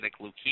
leukemia